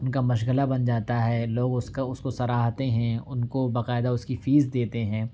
ان کا مشغلہ بن جاتا ہے لوگ اس کو سراہتے ہیں ان کو باقاعدہ اس کی فیس دیتے ہیں